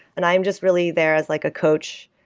and i am just really there as like a coach,